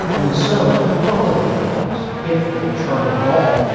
and so holiday records, if they charted at all,